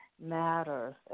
matters